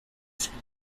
flügel